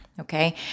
Okay